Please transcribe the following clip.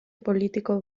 politiko